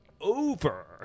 over